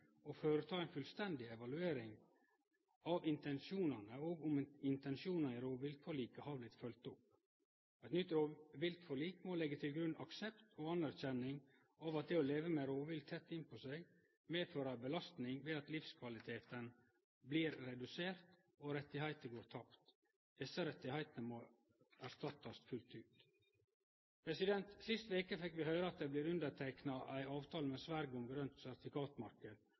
og føreta ei fullstendig evaluering av om intensjonane i rovviltforliket har vorte følgde opp. Eit nytt rovviltforlik må leggje til grunn aksept og anerkjenning av at det å leve med rovvilt tett innpå seg, medfører ei belastning ved at livskvaliteten blir redusert og rettar går tapt. Desse rettane må erstattast fullt ut. Sist veke fekk vi høyre at det blir underteikna ei avtale med Sverige om